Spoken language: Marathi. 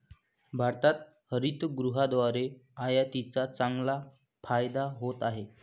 भारताला हरितगृहाद्वारे आयातीचा चांगला फायदा होत आहे